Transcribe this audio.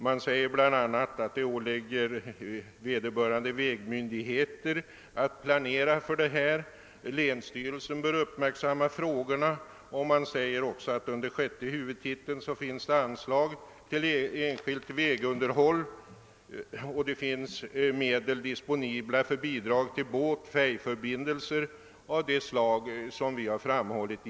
Man säger bl.a. att det åligger vederbörande vägmyndigheter att planera för detta och att det på det under sjätte huvudtiteln upptagna anslaget till enskilt vägunderhåll finns medel disponibla till båtoch färjeförbindelser av det slag som vi berört i motionen.